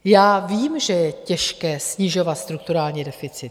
Já vím, že je těžké snižovat strukturální deficit.